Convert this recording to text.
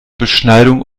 beschneidung